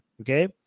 okay